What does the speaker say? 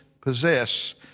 possess